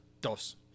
dos